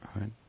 right